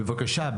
בבקשה,